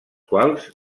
quals